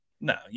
No